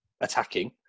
attacking